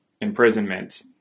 imprisonment